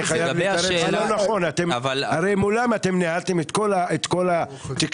זה לא נכון, כי ניהלתם מולם את כל ההתקשרות.